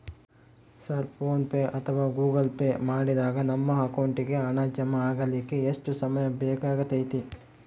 Sir PhonePe ಅಥವಾ Google Pay ಮಾಡಿದಾಗ ನಮ್ಮ ಅಕೌಂಟಿಗೆ ಹಣ ಜಮಾ ಆಗಲಿಕ್ಕೆ ಎಷ್ಟು ಸಮಯ ಬೇಕಾಗತೈತಿ?